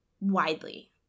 widely